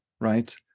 right